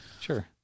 Sure